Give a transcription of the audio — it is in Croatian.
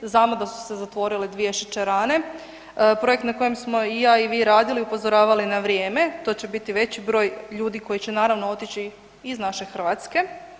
Znamo da su se zatvorile dvije šećerane, projekt na kojem smo i ja i vi radili upozoravali na vrijeme, to će biti veći broj ljudi koji će naravno otići iz naše Hrvatske.